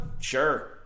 Sure